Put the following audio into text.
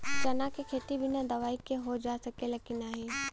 चना के खेती बिना दवाई के हो सकेला की नाही?